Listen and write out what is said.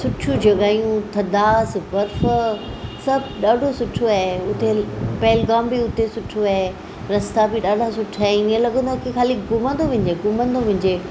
सुठियूं जॻहियूं थधा स बर्फ़ सभु ॾाढो सुठो आहे हुते पहलगाम बि हुते सुठो आहे रस्ता बि ॾाढा सुठा आहिनि हीअं लॻंदो आहे की खाली घुमंदो वञिजे घुमंदो वञिजे